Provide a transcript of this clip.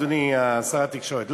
אדוני שר התקשורת,